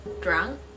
drunk